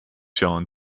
shown